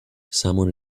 someone